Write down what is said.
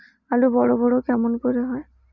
আলু বড় বড় কেমন করে হয়?